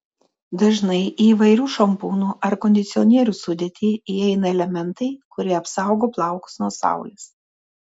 dažnai į įvairių šampūnų ar kondicionierių sudėtį įeina elementai kurie apsaugo plaukus nuo saulės